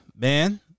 man